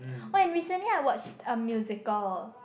and recently I watch musical